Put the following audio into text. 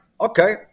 okay